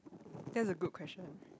that's a good question